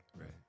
right